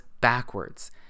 backwards